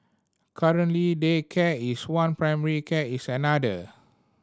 currently daycare is one primary care is another